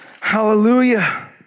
Hallelujah